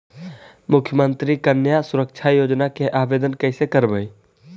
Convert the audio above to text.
मुख्यमंत्री कन्या सुरक्षा योजना के आवेदन कैसे करबइ?